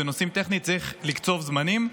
בנושאים טכניים צריך לקצוב זמנים.